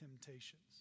temptations